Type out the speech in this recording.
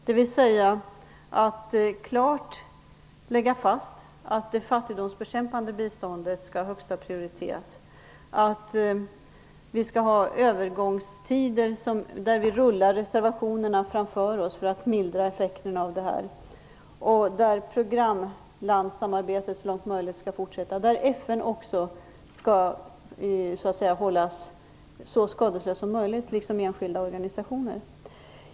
Det handlar om att klart lägga fast att det fattigdomsbekämpande biståndet skall ha högsta prioritet, att vi skall ha övergångstider och så att säga rulla reservationerna framför oss för att mildra effekterna, att programlandssamarbetet så långt möjligt skall fortsätta och att FN liksom enskilda organisationer i möjligaste mån skall hållas skadeslösa.